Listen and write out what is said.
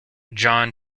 john